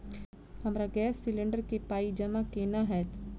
हमरा gas cylinder केँ पाई जमा केना हएत?